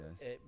yes